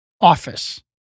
office